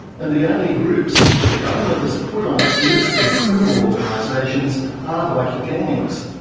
and the only groups that the government has put on its list of criminal organisations are bikie gangs,